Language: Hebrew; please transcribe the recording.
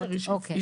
אוקיי.